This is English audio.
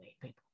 people